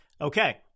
Okay